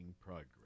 progress